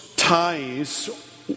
Ties